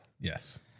Yes